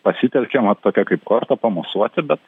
pasitelkiama tokia kaip korta pamosuoti bet